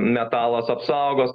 metalas apsaugos